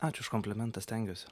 ačiū už komplimentą stengiuosi